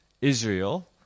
Israel